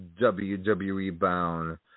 WWE-bound